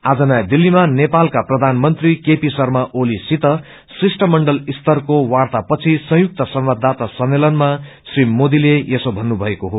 आज नयाँ दिल्लीमा नेपालका प्रधानमंत्री केपी शर्मा ओली सित शिष्ट मण्डल स्तरको वार्तापछि संयुक्त संवाददााता सम्मेलनमा श्री मोदीले यसो भन्नुभएको हो